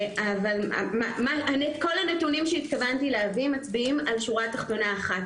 אבל כל הנתונים שהתכוונתי להביא מצביעים על שורה תחתונה אחת